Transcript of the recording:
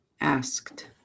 asked